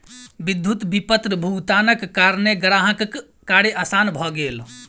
विद्युत विपत्र भुगतानक कारणेँ ग्राहकक कार्य आसान भ गेल